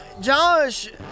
Josh